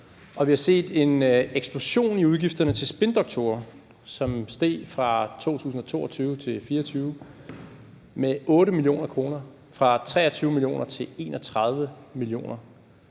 Og vi har set en eksplosion i udgifterne til spindoktorer, som steg fra 2022 til 2024 med 8 mio. kr. – fra 23 mio kr. til 31 mio. kr.